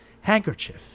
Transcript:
handkerchief